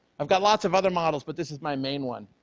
i've got lots of other models but this is my main one.